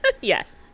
Yes